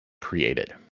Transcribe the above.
created